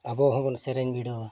ᱟᱵᱚ ᱦᱚᱸ ᱵᱚᱱ ᱥᱮᱨᱮᱧ ᱵᱤᱰᱟᱹᱣᱟ